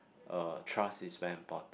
uh trust is very important